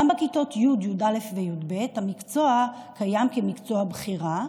גם בכיתות י', י"א וי"ב המקצוע קיים כמקצוע בחירה,